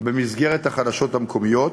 במסגרת החדשות המקומיות,